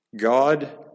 God